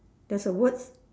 there's a words